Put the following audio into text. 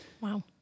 Wow